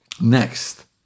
Next